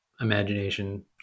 imagination